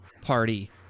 Party